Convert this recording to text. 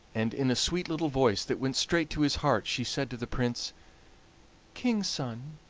and in a sweet little voice that went straight to his heart she said to the prince king's son,